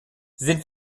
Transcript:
sind